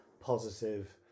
positive